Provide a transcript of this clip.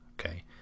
Okay